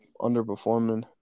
underperforming